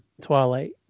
Twilight